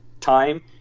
time